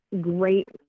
great